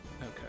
Okay